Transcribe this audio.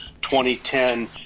2010